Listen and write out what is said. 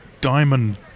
diamond